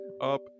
up